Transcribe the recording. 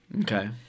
Okay